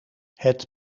het